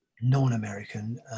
non-American